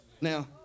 Now